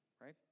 right